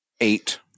eight